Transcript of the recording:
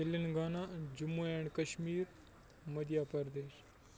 Telangana Jammu and Kashmir Madhya Pradesh